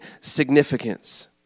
significance